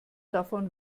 davon